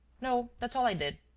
no that's all i did.